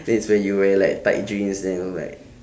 that's where you wear like tight jeans then like